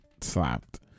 slapped